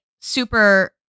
super